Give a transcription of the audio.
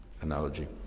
analogy